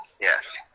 Yes